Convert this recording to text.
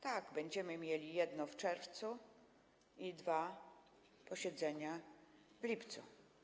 Tak, będziemy mieli jedno w czerwcu i dwa posiedzenia w lipcu.